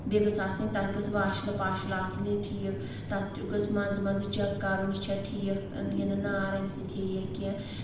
بیٚیہِ گٔژھ آسٕنۍ تَتھ گٔژھ واشلہٕ پاشل آسٕنہِ ٹھیٖک تتھ گٔژھ منٛزٕ منٛزٕ چَک کرُن یہِ چھَ ٹھیٖک یہِ نہٕ نار امہِ سۭتۍ ہیٚیہِ یا کینٛہہ